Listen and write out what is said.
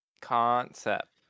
Concept